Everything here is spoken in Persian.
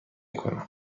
کنم